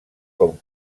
com